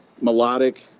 melodic